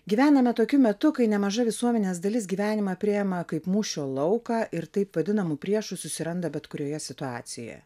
gyvename tokiu metu kai nemaža visuomenės dalis gyvenimą priima kaip mūšio lauką ir taip vadinamų priešų susiranda bet kurioje situacijoje